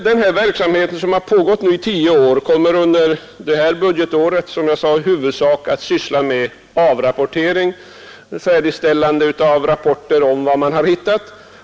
Den här verksamheten, som alltså nu har pågått i tio år, kommer under detta budgetår att i huvudsak inriktas på avrapportering, färdigställande av uppgifter om vad man har hittat.